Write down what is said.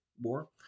more